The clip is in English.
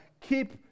keep